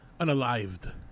Unalived